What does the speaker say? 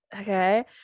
Okay